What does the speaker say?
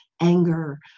anger